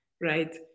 right